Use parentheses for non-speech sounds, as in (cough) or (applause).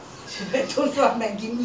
(noise) hello